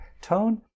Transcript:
Tone